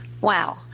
wow